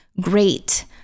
great